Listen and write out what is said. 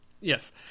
Yes